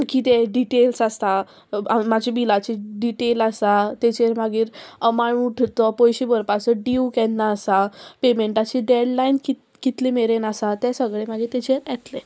कितें डिटेल्स आसता म्हाज्या बिलाचे डिटेल आसा तेचेर मागीर माण उठत पयशे भरपाचो डिव केन्ना आसा पेमेंटाची डेडलायन कित कितले मेरेन आसा ते सगळे मागीर तेचेर येतले